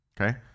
Okay